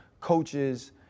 coaches